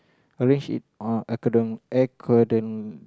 arrange it on according according